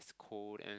cold and